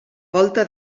volta